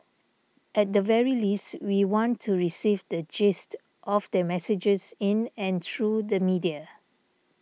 at the very least we want to receive the gist of their messages in and through the media